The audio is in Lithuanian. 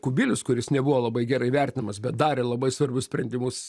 kubilius kuris nebuvo labai gerai vertinamas bet darė labai svarbius sprendimus